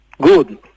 Good